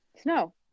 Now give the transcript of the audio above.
Snow